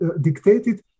dictated